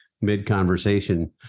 mid-conversation